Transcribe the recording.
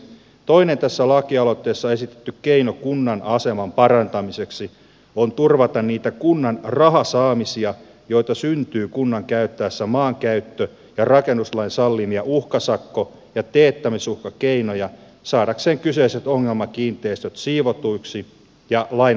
toinen tässä lakialoitteessa esitetty keino kunnan aseman parantamiseksi on turvata niitä kunnan rahasaamisia joita syntyy kunnan käyttäessä maankäyttö ja rakennuslain sallimia uhkasakko ja teettämisuhkakeinoja saadakseen kyseiset ongelmakiinteistöt siivotuiksi ja lain vaatimaan kuntoon